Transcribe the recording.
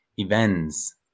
Events